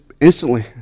instantly